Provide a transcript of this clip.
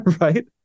right